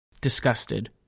disgusted